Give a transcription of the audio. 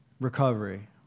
recovery